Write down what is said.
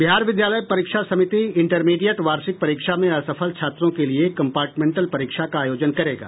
बिहार विद्यालय परीक्षा समिति इंटरमीडिएट वार्षिक परीक्षा में असफल छात्रों के लिये कंपार्टमेंटल परीक्षा का आयोजन करेगा